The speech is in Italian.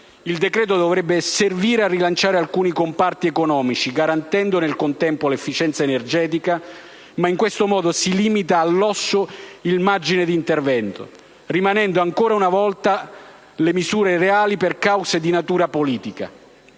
Il decreto-legge dovrebbe servire a rilanciare alcuni comparti economici garantendo, nel contempo, l'efficienza energetica, ma in questo modo si limita all'osso il margine di intervento, rimandando ancora una volta le misure reali per cause di natura politica.